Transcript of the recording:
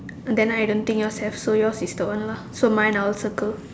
then I don't think yours have so yours is the one lah so mine I will circle